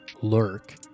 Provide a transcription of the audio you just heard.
lurk